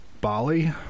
Bali